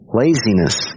laziness